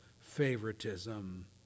favoritism